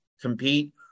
compete